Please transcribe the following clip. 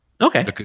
okay